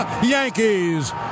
Yankees